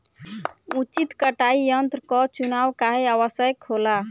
उचित कटाई यंत्र क चुनाव काहें आवश्यक होला?